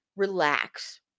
relax